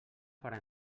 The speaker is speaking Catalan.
farà